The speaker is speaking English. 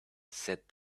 said